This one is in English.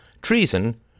Treason